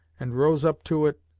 and rose up to it,